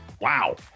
wow